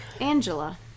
Angela